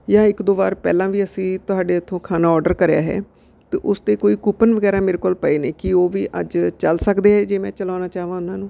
ਜਾਂ ਇੱਕ ਦੋ ਵਾਰ ਪਹਿਲਾਂ ਵੀ ਅਸੀਂ ਤੁਹਾਡੇ ਇੱਥੋਂ ਖਾਣਾ ਔਡਰ ਕਰਿਆ ਹੈ ਅਤੇ ਉਸ 'ਤੇ ਕੋਈ ਕੂਪਨ ਵਗੈਰਾ ਮੇਰੇ ਕੋਲ ਪਏ ਨੇ ਕੀ ਉਹ ਵੀ ਅੱਜ ਚੱਲ ਸਕਦੇ ਆ ਜੇ ਮੈਂ ਚਲਾਉਣਾ ਚਾਹਵਾਂ ਉਹਨਾਂ ਨੂੰ